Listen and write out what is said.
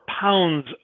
pounds